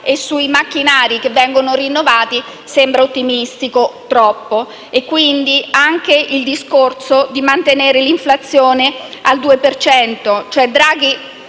e sui macchinari che vengono rinnovati sembra ottimistico (troppo) e, quindi, anche il discorso di mantenere l'inflazione al 2